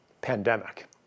pandemic